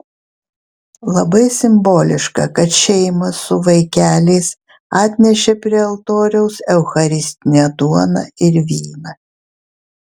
labai simboliška kad šeimos su vaikeliais atnešė prie altoriaus eucharistinę duoną ir vyną